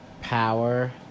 Power